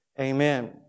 Amen